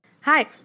Hi